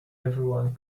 everyone